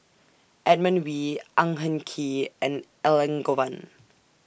Edmund Wee Ang Hin Kee and Elangovan